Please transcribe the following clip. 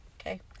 Okay